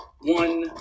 one